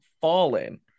Fallen